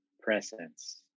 presence